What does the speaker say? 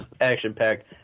action-packed